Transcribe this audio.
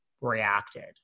reacted